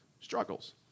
struggles